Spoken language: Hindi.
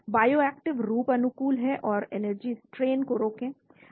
बायो एक्टिव रूप अनुकूल है और एनर्जी स्ट्रेन को रोके